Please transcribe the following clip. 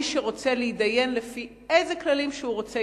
מי שרוצה להתדיין לפי אילו כללים שהוא רוצה,